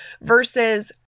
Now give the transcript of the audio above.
versus